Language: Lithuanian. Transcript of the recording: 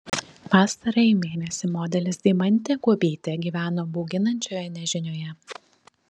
pastarąjį mėnesį modelis deimantė guobytė gyveno bauginančioje nežinioje